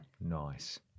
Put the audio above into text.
nice